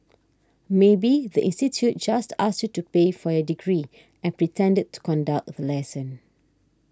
maybe the institute just asked you to pay for your degree and pretended to conduct the lesson